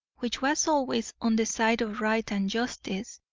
which was always on the side of right and justice,